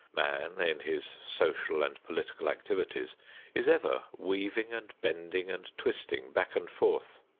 man in his social and political activities is ever weaving and bending and twisting back and forth.